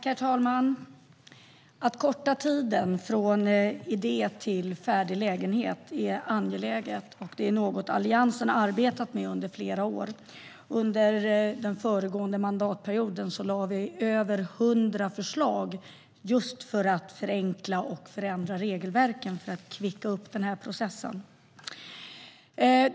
Herr talman! Att korta tiden från idé till färdig lägenhet är angeläget och något som Alliansen har arbetat med under flera år. Under den föregående mandatperioden lade vi fram över 100 förslag just för att förenkla och förändra regelverken och kvicka på processen.